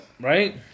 right